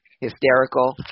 hysterical